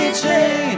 chain